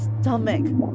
stomach